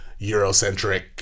Eurocentric